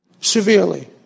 severely